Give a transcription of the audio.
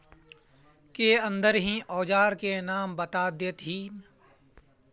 के अंदर ही औजार के नाम बता देतहिन?